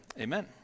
Amen